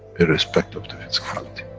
irrespect of the physicality.